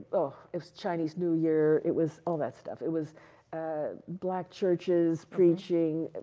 oh, it was chinese new year, it was all that stuff. it was black churches preaching.